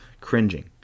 cringing